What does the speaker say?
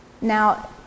Now